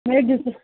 مےٚ دِژٕ